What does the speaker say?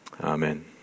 Amen